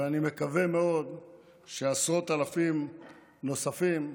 ואני מקווה מאוד שעשרות אלפים נוספים,